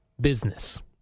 business